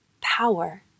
power